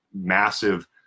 massive